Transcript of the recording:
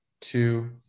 two